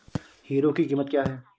Hero की कीमत क्या है?